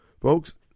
folks